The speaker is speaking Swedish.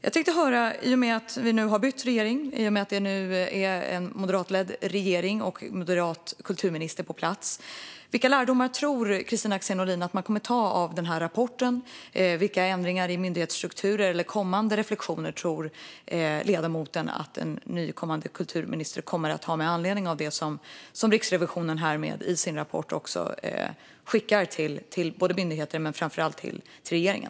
I och med att vi nu har bytt regering, i och med att det nu är en moderatledd regering och en moderat kulturminister på plats, vilka lärdomar tror Kristina Axén Olin att man kommer att dra av den här rapporten? Vilka ändringar i myndighetsstrukturer eller reflektioner om det tror ledamoten att den nya kulturministern kommer att göra med anledning av det som Riksrevisionen i och med sin rapport skickar till myndigheter men framför allt till regeringen?